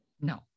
No